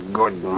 good